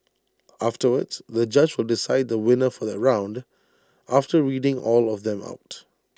afterwards the judge will decide the winner for that round after reading all of them out